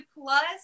plus